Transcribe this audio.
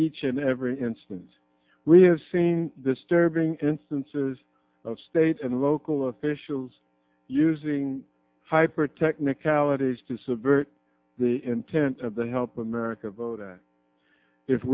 each and every instance we have seen disturbing instances of state and local officials using hyper technicalities to subvert the intent of the help america vote act if